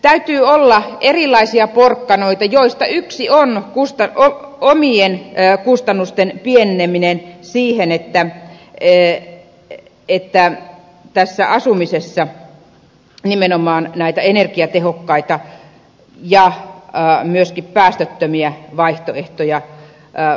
täytyy olla erilaisia porkkanoita joista yksi on omien kustannusten pieneneminen siinä että asumisessa nimenomaan näitä energiatehokkaita ja myöskin päästöttömiä vaihtoehtoja valitaan